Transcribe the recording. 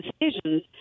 decisions